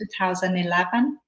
2011